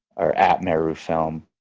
or at merufilm.